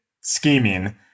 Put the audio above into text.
scheming